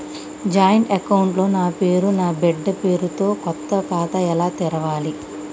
Joint account లో నా పేరు నా బిడ్డే పేరు తో కొత్త ఖాతా ఎలా తెరవాలి?